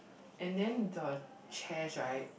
and then the chairs right